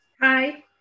Hi